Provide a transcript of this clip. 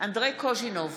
אנדרי קוז'ינוב,